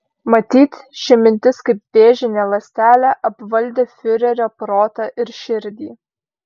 matyt ši mintis kaip vėžinė ląstelė apvaldė fiurerio protą ir širdį